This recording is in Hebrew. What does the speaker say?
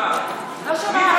איתי.